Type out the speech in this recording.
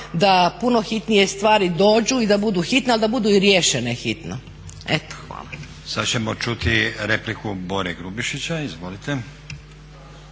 da puno hitnije stvari dođu i da budu hitne, ali da budu i riješene hitno. Eto hvala. **Stazić, Nenad (SDP)** Sad ćemo čuti repliku Bore Grubišića. Izvolite.